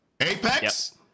Apex